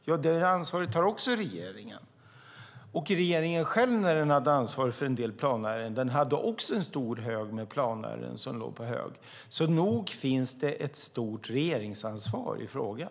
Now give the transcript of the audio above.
Jo, det ansvaret har också regeringen. Och regeringen själv, när den hade ansvaret för en del planärenden, hade också planärenden som låg på hög. Så nog finns det ett stort regeringsansvar i frågan.